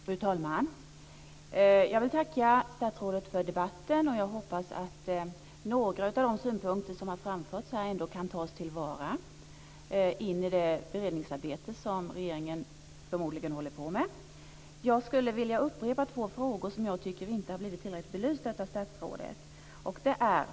Fru talman! Jag vill tacka statsrådet för debatten, och jag hoppas att några av de synpunkter som har framförts här kan tas till vara i det beredningsarbete som regeringen förmodligen håller på med. Jag skulle vilja upprepa två frågor som jag tycker inte har blivit tillräckligt belysta av statsrådet.